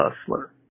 Hustler